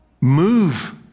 Move